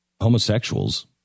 Homosexuals